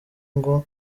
ngo